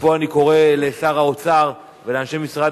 ומפה אני קורא לשר האוצר ולאנשי משרד